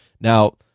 now